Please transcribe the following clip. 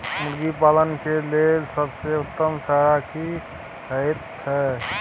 मुर्गी पालन के लेल सबसे उत्तम चारा की होयत छै?